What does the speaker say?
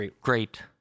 great